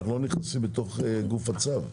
אנו לא נכנסים לגוף הצו.